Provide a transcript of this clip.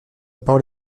parole